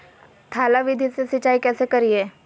थाला विधि से सिंचाई कैसे करीये?